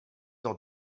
dans